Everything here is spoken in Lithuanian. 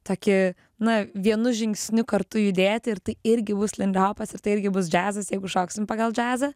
tokį na vienu žingsniu kartu judėt ir irgi bus lindihopas ir tai irgi bus džiazas jeigu šoksim pagal džiazą